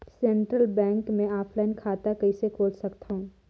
Central Bank मे offline खाता कइसे खोल सकथव?